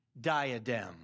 diadem